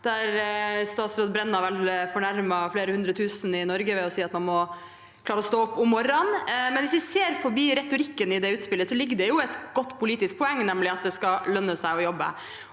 der statsråd Brenna vel fornærmet flere hundretusen i Norge ved å si at man må klare å «stå opp om morran». Men hvis vi ser forbi retorikken i det utspillet, ligger det jo et godt politisk poeng der, nemlig at det skal lønne seg å jobbe.